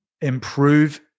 improve